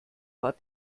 war